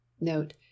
Note